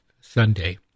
Sunday